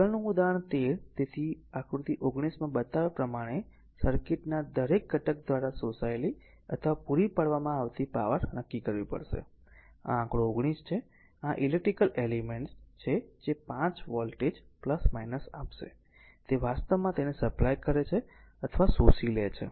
આગળનું ઉદાહરણ 13 તેથી આકૃતિ 19 માં બતાવ્યા પ્રમાણે સર્કિટ ના દરેક ઘટક દ્વારા શોષાયેલી અથવા પૂરી પાડવામાં આવતી પાવર નક્કી કરવી પડશે આ આંકડો 19 છે આ એક ઈલેક્ટ્રીકલ એલિમેન્ટ છે 5 વોલ્ટેજ આપશે તે વાસ્તવમાં તેને સપ્લાય કરે છે અથવા શોષી લે છે